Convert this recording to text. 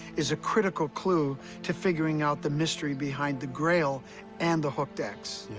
is a critical clue to figuring out the mystery behind the grail and the hooked x. yeah.